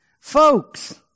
Folks